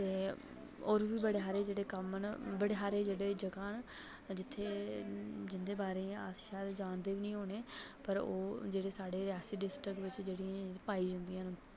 होर बी बड़े हारे जेह्ड़े कामन बड़े हारे जेह्ड़े जगह् न जित्थै जिं'दे बाारे च अस शायद जानदे बी निं होने पर ओह् साढ़े रियासी डिस्टिक पाई जंदियां न